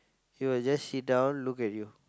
he will just sit down look at you